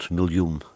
miljoen